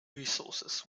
resources